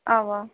اَوا